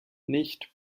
nicht